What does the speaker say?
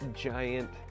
giant